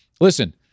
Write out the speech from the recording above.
listen